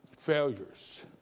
failures